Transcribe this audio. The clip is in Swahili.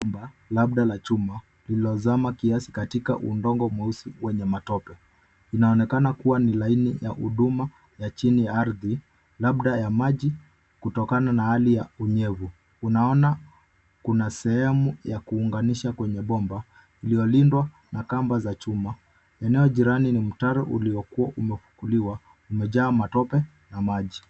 Bomba labda la chuma lililozama kaisi katika udongo mweusi wenye matope. Inaonekana kuwa ni laini ya huduma ya chini ya ardhi labda ya maji kutokana na hali ya unyevu. Unaona kuna sehemu ya kuunganisha kwenye bomba iliyolindwa na kamba za chuma. Eneo jirani ni mtaro uliokuwa umekuliwa umejaa matope na maji.